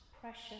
Precious